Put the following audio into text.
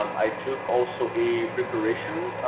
um i took also a preparation